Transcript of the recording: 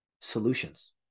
solutions